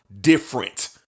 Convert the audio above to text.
different